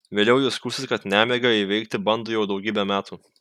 vėliau ji skųsis kad nemigą įveikti bando jau daugybę metų